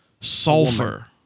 sulfur